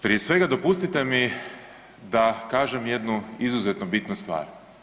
Prije svega, dopustite mi da kažem jednu izuzetno bitnu stvar.